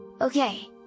Okay